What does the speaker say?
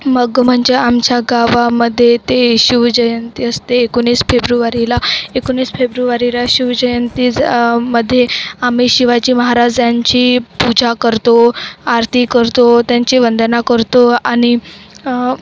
मग म्हणजे आमच्या गावामध्ये ते शिवजयंती असते एकोणीस फेब्रुवारीला एकोणीस फेब्रुवारीला शिवजयंतीजमध्ये आम्ही शिवाजी महाराजांची पूजा करतो आरती करतो त्यांची वंदना करतो आणि